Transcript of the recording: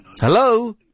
Hello